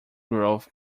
growth